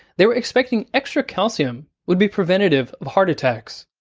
they were expecting extra calcium would be preventative of heart attacks,